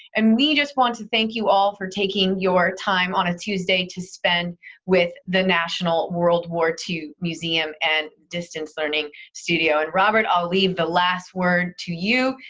and we just want to thank you all for taking your time on a tuesday to spend with the national world war ii museum and distance learning studio and robert, i'll leave the last word to you,